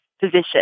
position